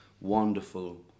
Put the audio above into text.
wonderful